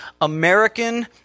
American